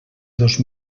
dos